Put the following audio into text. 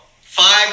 Five